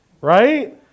right